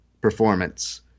performance